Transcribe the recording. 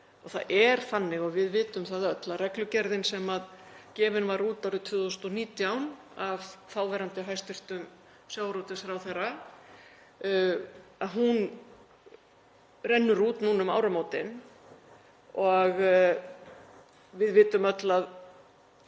Það er þannig, og við vitum það öll, að reglugerðin sem gefin var út árið 2019 af þáverandi hæstv. sjávarútvegsráðherra rennur út núna um áramótin og við vitum öll að